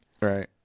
Right